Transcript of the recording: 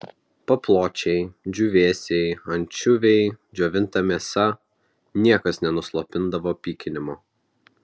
papločiai džiūvėsiai ančiuviai džiovinta mėsa niekas nenuslopindavo pykinimo